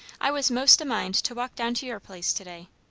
i was most a mind to walk down to your place to-day.